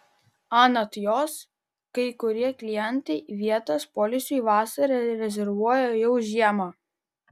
anot jos kai kurie klientai vietas poilsiui vasarą rezervuoja jau žiemą